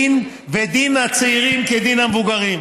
אני מצהירה כאן, ודין הצעירים כדין המבוגרים.